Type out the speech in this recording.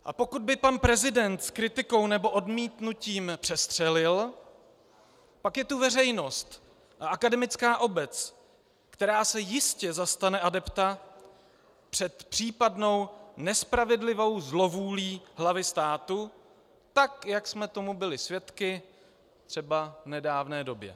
A pokud by pan prezident s kritikou nebo odmítnutím přestřelil, pak je tu veřejnost a akademická obec, která se jistě zastane adepta před případnou nespravedlivou zlovůlí hlavy státu tak, jak jsme toho byli svědky třeba v nedávné době.